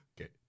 Okay